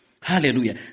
Hallelujah